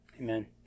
Amen